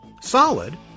Solid